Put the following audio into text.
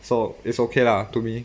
so it's okay lah to me